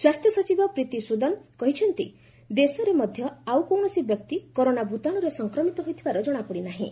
ସ୍ୱାସ୍ଥ୍ୟ ସଚିବ ପ୍ରୀତି ସୁଦନ କହିଛନ୍ତି ଦେଶରେ ମଧ୍ୟ ଆଉ କୌଣସି ବ୍ୟକ୍ତି କରୋନା ଭୂତାଣୁରେ ସଂକ୍ରମିତ ହୋଇଥିବାର ଜଣାପଡ଼ି ନାହିଁ